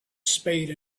spade